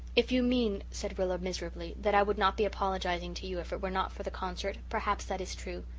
if you mean, said rilla miserably, that i would not be apologizing to you if it were not for the concert perhaps that is true.